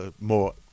more